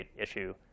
issue